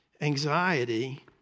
anxiety